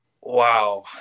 Wow